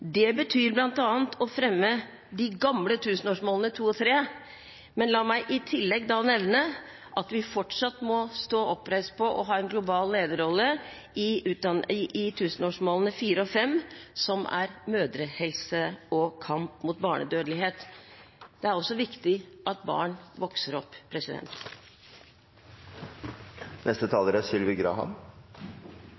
Det betyr bl.a. å fremme de gamle tusenårsmålene 2 og 3, men la meg i tillegg nevne at vi fortsatt må stå oppreist for og ha en global lederrolle når det gjelder tusenårsmålene 4 og 5, som er mødrehelse og kamp mot barnedødelighet. Det er også viktig at barn vokser opp.